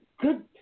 Good